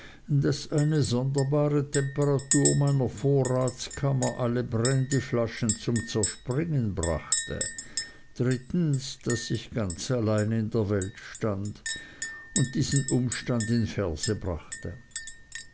eine sonderbare temperatur meiner vorratskammer alle brandyflaschen zum zerspringen brachte drittens daß ich ganz allein in der welt stand und diesen umstand in verse brachte